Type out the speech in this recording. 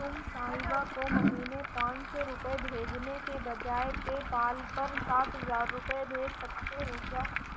تم صاحبا کو مہینے پانچ سو روپے بھیجنے کے بجائے پے پال پر سات ہزار روپئے بھیج سکتے ہو کیا